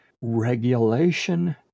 Regulation